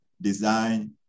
design